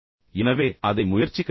எனவே அதை முயற்சிக்க வேண்டாம்